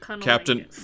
Captain